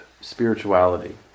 spirituality